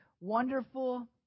wonderful